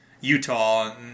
Utah